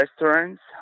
restaurants